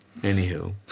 Anywho